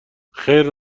خیر